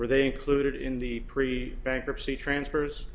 were they included in the pre bankruptcy transfers